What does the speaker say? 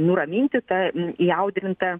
nuraminti ta įaudrinta